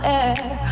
air